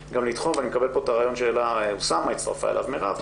ואני מקבל את הרעיון שהעלה אוסאמה סעדי והצטרפה אליו מרב מיכאלי,